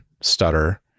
stutter